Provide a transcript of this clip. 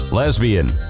Lesbian